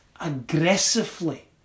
aggressively